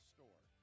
Store